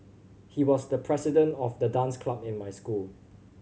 he was the president of the dance club in my school